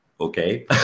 Okay